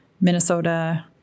Minnesota